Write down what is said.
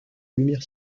lumière